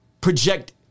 project